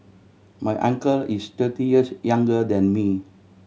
my uncle is thirty years younger than me